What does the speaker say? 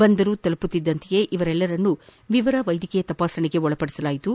ಬಂದರು ತಲುಪುತಿದ್ದದಂತೆಯೇ ಇವರೆಲ್ಲರನ್ನೂ ವಿವರವಾದ ವೈದ್ಯಕೀಯ ತಪಾಸಣೆಗೆ ಒಳಪಡಿಸಲಾಯಿತು